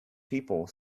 people